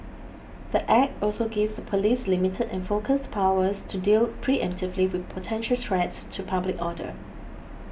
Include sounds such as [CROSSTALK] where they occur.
the [NOISE] act also gives the police limited and focused powers to deal preemptively with potential threats to public order